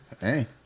Hey